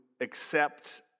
accept